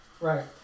Right